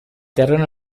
terreno